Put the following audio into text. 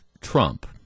Trump